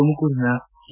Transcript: ತುಮಕೂರಿನ ಕೆ